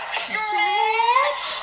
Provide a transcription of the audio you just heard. stretch